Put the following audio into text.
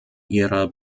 ihrer